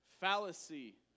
fallacy